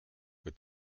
with